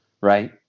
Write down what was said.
Right